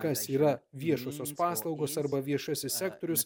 kas yra viešosios paslaugos arba viešasis sektorius